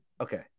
okay